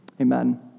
Amen